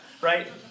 right